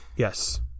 Yes